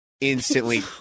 instantly